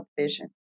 Vision